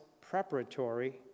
preparatory